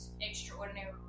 Extraordinary